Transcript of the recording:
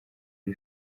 iri